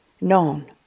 known